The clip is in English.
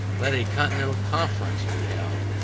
let a continental conference be held,